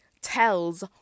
tells